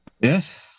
Yes